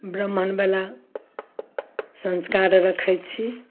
ब्राह्मण बला संस्कार रखैत छी